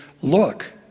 Look